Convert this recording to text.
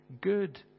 good